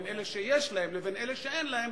בין אלה שיש להם לבין אלה שאין להם